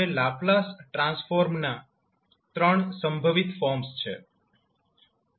હવે લાપ્લાસ ટ્રાન્સફોર્મના ત્રણ સંભવિત ફોર્મ્સ છે